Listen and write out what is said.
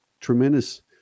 tremendous